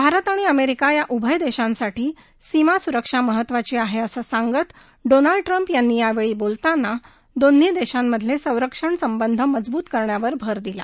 भारत आणि अमेरिका या उभय देशांसाठी सीमा सुरक्षा महत्वाची आहे असं सांगत डोनाल्ड ट्रम्प यांनी यावेळी बोलताना दोन्ही देशांमधले संरक्षण संबंध अधिक मजबूत करण्यावर भर दिला